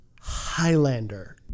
highlander